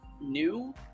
new